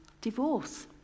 divorce